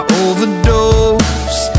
overdose